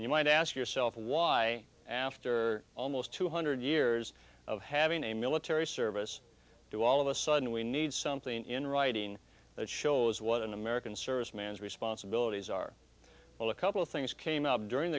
and you might ask yourself why after almost two hundred years of having a military service do all of a sudden we need something in writing that shows what an american serviceman is responsibilities are well a couple things came out during